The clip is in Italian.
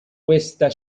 questa